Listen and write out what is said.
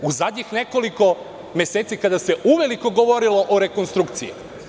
U zadnjih nekoliko meseci kada se uveliko govorilo o rekonstrukciji.